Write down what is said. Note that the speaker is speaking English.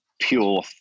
pure